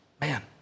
Man